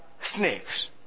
snakes